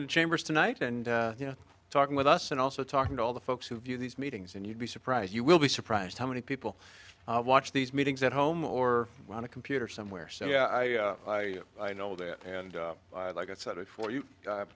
in chambers tonight and talking with us and also talking to all the folks who view these meetings and you'd be surprised you will be surprised how many people watch these meetings at home or on a computer somewhere so yeah i i i know that and like i said before